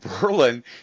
Berlin